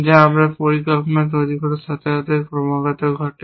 যা আমরা পরিকল্পনা তৈরি করার সাথে সাথে ক্রমাগত ঘটে